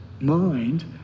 mind